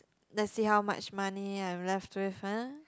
let's see how much money I'm left with !huh!